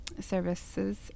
services